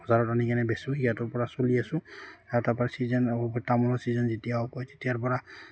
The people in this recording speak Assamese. বজাৰত আনি কেনে বেচোঁ সিহঁৰপৰা চলি আছো আৰু তাৰপৰা ছিজন আকৌ তামোলৰ ছিজন যেতিয়া হ'ব তেতিয়াৰপৰা